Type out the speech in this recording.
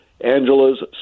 Angela's